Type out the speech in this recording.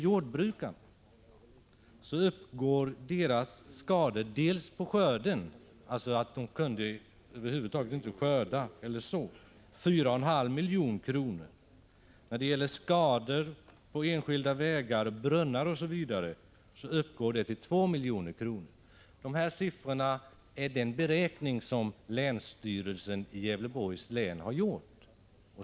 Jordbrukarnas skador rörande skörden — de kunde över huvud taget inte så eller skörda — uppgår till 4,5 milj.kr. Skador på enskilda vägar, brunnar osv. uppgår till 2 milj.kr. De siffror jag använder mig av kommer från den beräkning som länsstyrelsen i Gävleborgs län har gjort.